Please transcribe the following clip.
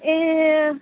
ए